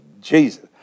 Jesus